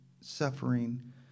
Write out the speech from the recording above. suffering